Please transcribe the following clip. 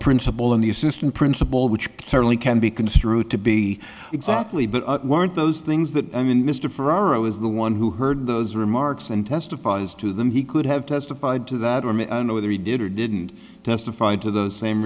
principal and the assistant principal which certainly can be construed to be exactly but weren't those things that i mean mr ferraro is the one who heard those remarks and testifies to them he could have testified to that i mean i don't know whether he did or didn't testify to the same